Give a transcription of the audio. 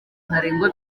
ntarengwa